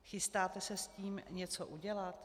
Chystáte se s tím něco udělat?